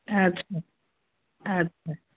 ଆଚ୍ଛା ଆଚ୍ଛା